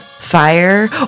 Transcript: Fire